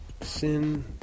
sin